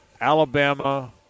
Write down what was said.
Alabama